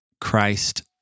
Christ